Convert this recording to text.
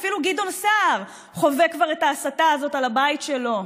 אפילו גדעון סער כבר חווה את ההסתה הזאת על הבית שלו,